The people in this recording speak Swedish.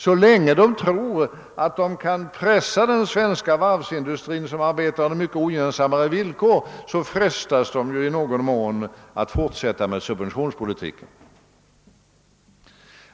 Så länge man tror, att man kan pressa den svenska varvsindustrin, som arbetar under mycket ogynnsammare villkor än utländska varvsindustrier, frestas man i utlandet i någon mån att fortsätta med subventionspolitiken.